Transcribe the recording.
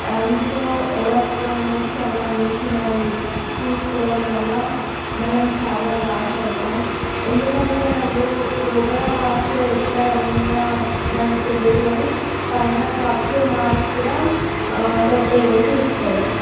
అందులో ఎలక్ట్రానిక్స్ సంబంధించినవి తీసుకోవడం వల్ల మనం చాలా లాస్ అవుతాయి ఎందుకంటే వాళ్ళు లోపల పార్ట్సు ఎట్లా ఏమున్నా మనకి తెలియదు కానీ పైన కప్స్ మాత్రం కొత్తవి వేసి ఇస్తారు